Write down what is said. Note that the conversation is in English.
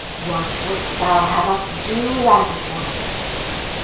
what wouldst thou have us do, andronicus?